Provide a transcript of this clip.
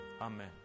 Amen